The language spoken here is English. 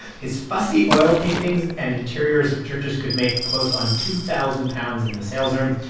his fussy oil paintings and interiors of churches could make close on two thousand pounds in the sales room.